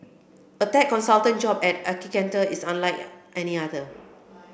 a tech consultant job at Accenture is unlike any other